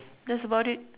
that's about it